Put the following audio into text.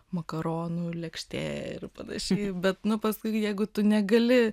makaronų lėkštė ir panašiai bet nu paskui jeigu tu negali